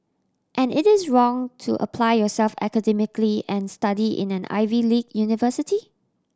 and it is wrong to apply yourself academically and study in an Ivy league university